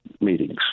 meetings